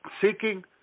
seeking